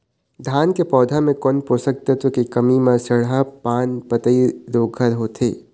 धान के पौधा मे कोन पोषक तत्व के कमी म सड़हा पान पतई रोग हर होथे?